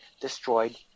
destroyed